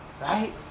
right